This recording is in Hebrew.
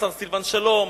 השר סילבן שלום,